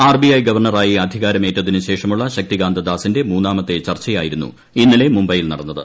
RBI ഗവർണ്ണറായി അധീക്ടാര്മേറ്റതിനു ശേഷമുള്ള ശക്തികാന്തദാസിന്റെ മൂന്നാമത്തെ ചർച്ചയായിരുന്നു ഇന്നലെ മുംബൈയിൽ നടന്നത്